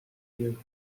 you